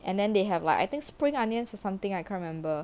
and then they have like I think spring onions or something I can't remember